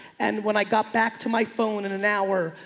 and when i got back to my phone in an hour,